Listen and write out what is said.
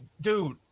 dude